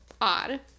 odd